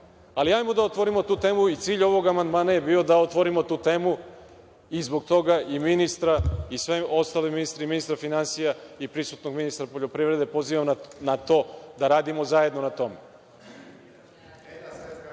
ali hajdemo da otvorimo tu temu. Cilj ovog amandmana je bio da otvorimo tu temu i zbog toga ministra, kao i sve ostale ministre, i ministra finansija, i prisutnog ministra poljoprivrede, pozivam da radimo zajedno na